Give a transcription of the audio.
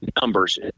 numbers